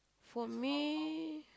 for me